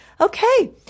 Okay